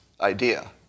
idea